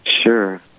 Sure